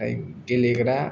गेलेग्रा